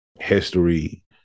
history